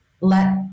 Let